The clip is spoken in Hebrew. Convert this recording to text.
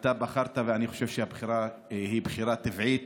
אתה בחרת, ואני חושב שהבחירה בעו"ד